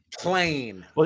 Plain